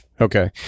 Okay